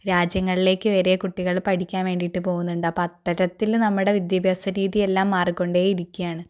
രാജ്യങ്ങളിലേക്ക് വരെ കുട്ടികൾ പഠിക്കാൻ വേണ്ടിയിട്ട് പോകുന്നുണ്ട് അപ്പോൾ അത്തരത്തിൽ നമ്മുടെ വിദ്യാഭ്യാസ രീതി എല്ലാം മാറിക്കൊണ്ടേയിരിക്കുകയാണ്